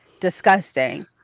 Disgusting